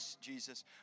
Jesus